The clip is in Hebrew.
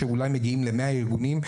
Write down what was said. שאולי מגיעים למאה ארגונים,